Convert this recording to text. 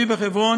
הפצועים,